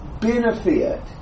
benefit